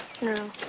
No